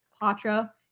Patra